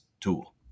tool